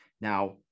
Now